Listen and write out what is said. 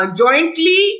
jointly